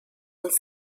und